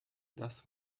das